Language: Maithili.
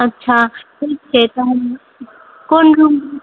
अच्छा ठीक छै तऽ हम कोन रूम